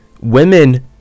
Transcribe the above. Women